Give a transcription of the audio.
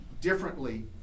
differently